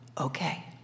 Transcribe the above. Okay